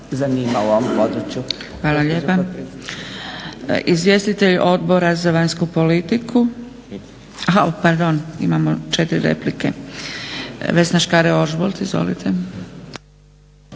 Hvala lijepa. Izvjestitelji Odbora za vanjsku politiku. Pardon, imamo četiri replike. Vesna Škare-Ožbolt, izvolite.